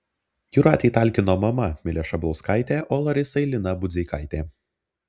jūratei talkino mama milė šablauskaitė o larisai lina budzeikaitė